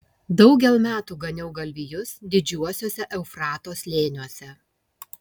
daugel metų ganiau galvijus didžiuosiuose eufrato slėniuose